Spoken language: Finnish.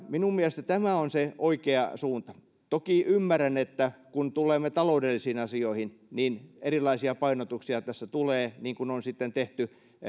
minun mielestäni tämä on se oikea suunta toki ymmärrän että kun tulemme taloudellisiin asioihin niin erilaisia painotuksia tässä tulee niin kuin on tehty